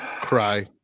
cry